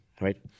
right